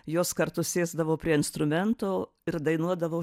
jos kartu sėsdavo prie instrumento ir dainuodavo